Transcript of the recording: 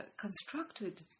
constructed